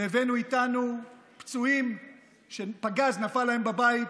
והבאנו איתנו פצועים שפגז נפל להם בבית